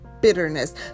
bitterness